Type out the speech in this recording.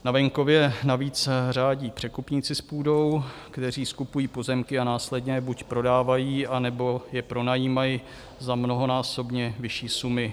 Na venkově navíc řádí překupníci s půdou, kteří skupují pozemky a následně je buď prodávají, anebo je pronajímají za mnohonásobně vyšší sumy.